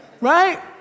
right